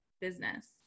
business